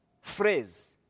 phrase